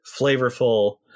flavorful